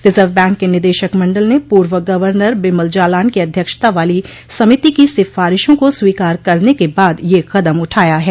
reserve Bank के निदेशक मंडल ने पूर्व गवर्नर बिमल जालान की अध्यक्षता वाली समिति की सिफारिशों को स्वीकार करने के बाद यह कदम उठाया है